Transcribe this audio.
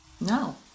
No